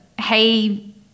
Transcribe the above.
hey